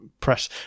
press